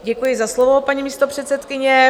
Děkuji za slovo, paní místopředsedkyně.